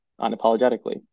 unapologetically